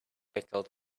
pickled